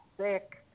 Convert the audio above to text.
sick